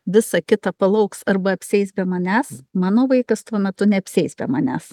visa kita palauks arba apsieis be manęs mano vaikas tuo metu neapsieis be manęs